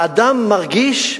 האדם מרגיש,